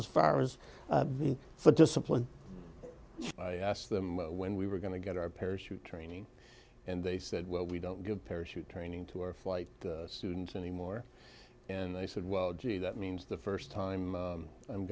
as far as for discipline i asked them when we were going to get our parachute training and they said well we don't give parachute training to our flight students anymore and they said well gee that means the first time i'm